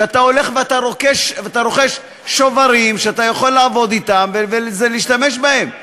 שאתה הולך ואתה רוכש שוברים שאתה יכול לעבוד ולהשתמש בהם,